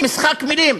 במשחק מילים.